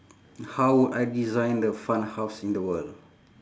how would I design the fun house in the world